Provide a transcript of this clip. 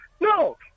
No